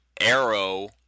Arrow